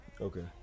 Okay